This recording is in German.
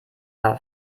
war